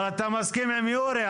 אבל אתה מסכים עם יורי.